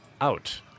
out